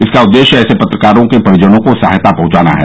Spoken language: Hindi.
इसका उदेश्य ऐसे पत्रकारों के परिजनों को सहायता पहुंचाना है